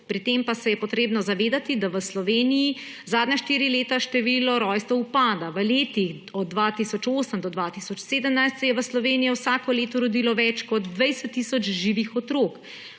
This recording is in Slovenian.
pri tem pa se je treba zavedati, da v Sloveniji zadnja štiri leta število rojstev upada. V letih od 2008 do 2017 se je v Sloveniji vsako leto rodilo več kot 20 tisoč živih otrok,